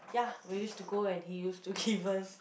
ya we used to go and he used to give us